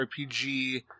RPG